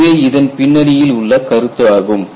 இதுவே இதன் பின்னணியில் உள்ள கருத்து ஆகும்